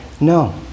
no